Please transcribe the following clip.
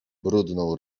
brudną